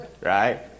Right